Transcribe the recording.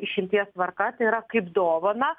išimties tvarka tai yra kaip dovaną